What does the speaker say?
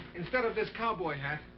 instead of this cowboy hat,